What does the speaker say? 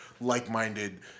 like-minded